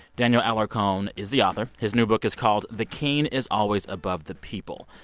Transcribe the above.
daniel alarcon is the author. his new book is called the king is always above the people.